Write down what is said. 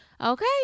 okay